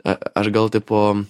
aš gal tipo